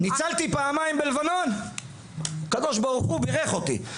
ניצלתי פעמיים בלבנון, הקדוש ברוך הוא בירך אותי.